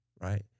right